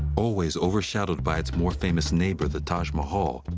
always overshadowed by its more famous neighbor, the taj mahal,